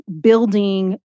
building